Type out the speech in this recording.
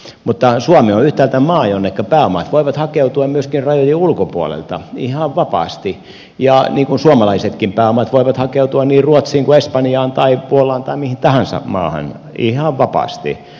mutta suomi on yhtäältä maa jonneka pääomat voivat hakeutua myöskin rajojen ulkopuolelta ihan vapaasti niin kuin suomalaisetkin pääomat voivat hakeutua niin ruotsiin kuin espanjaan tai puolaan tai mihin tahansa maahan ihan vapaasti